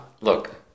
Look